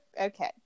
okay